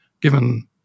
given